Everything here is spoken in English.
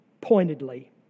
pointedly